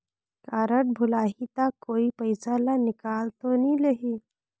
Card भुलाही ता कोई पईसा ला निकाल तो नि लेही?